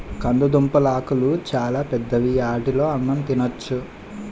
కందదుంపలాకులు చాలా పెద్దవి ఆటిలో అన్నం తినొచ్చు